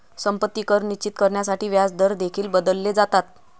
संपत्ती कर निश्चित करण्यासाठी व्याजदर देखील बदलले जातात